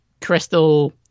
crystal